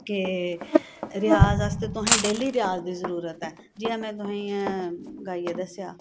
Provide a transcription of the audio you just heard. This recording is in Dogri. के रेयाज आस्तै तुहें डेली रेयाज दी जरूरत ऐ जियां में तुहेंगी गाइयै दस्सेआ